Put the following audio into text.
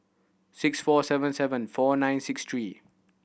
six four seven seven four nine six three